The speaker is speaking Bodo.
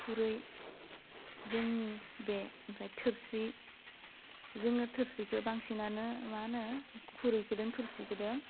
खुरै जोंनि बे ओमफ्राय थोरसि जोङो थोरसिखौ बांसिनानो मा होनो खुरैखौ जों थुरसिखौ जों